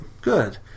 Good